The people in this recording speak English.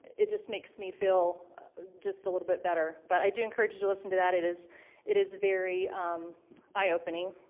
it just makes me feel just a little bit better. but i do encourage you to listen to that. it is it is very eye-opening.